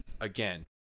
again